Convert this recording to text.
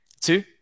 Two